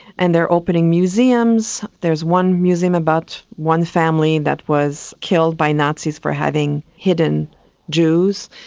and they are opening museums. there's one museum about one family that was killed by nazis for having hidden jews.